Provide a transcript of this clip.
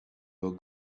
will